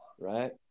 right